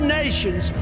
nations